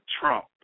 trump